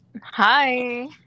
Hi